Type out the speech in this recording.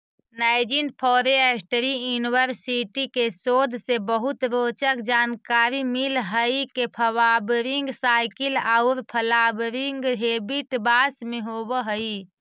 Nanjing forestry university के शोध से बहुत रोचक जानकारी मिल हई के फ्वावरिंग साइकिल औउर फ्लावरिंग हेबिट बास में होव हई